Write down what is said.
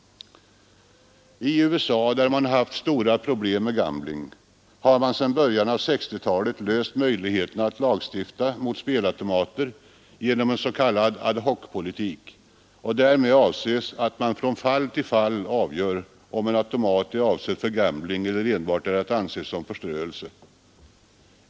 I USA, där man haft stora problem med gambling, har man sedan början av 1960-talet löst möjligheterna att lagstifta mot spelautomater genom en s.k. ”ad-hoc-politik”, varmed avses att man från fall till fall avgör, om en automat är avsedd för gambling eller enbart är att anse som förströelse.